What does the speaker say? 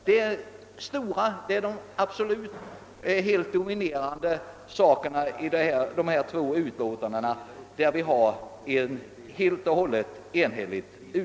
Det är de helt dominerande frågorna i förevarande två utlåtanden, och där har utskottet varit enhälligt.